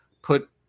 Put